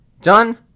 Done